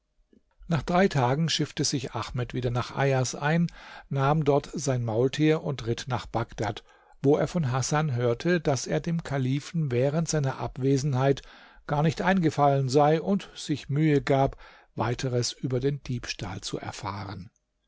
nach drei tagen schiffte sich ahmed wieder nach ajas ein nahm dort sein maultier und ritt nach bagdad wo er von hasan hörte daß er dem kalifen während seiner abwesenheit gar nicht eingefallen sei und sich mühe gab weiteres über den diebstahl zu erfahren